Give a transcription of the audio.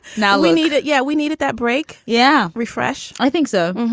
now we need it. yeah, we needed that break. yeah. refresh. i think so.